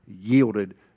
yielded